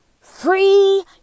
Free